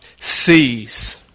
sees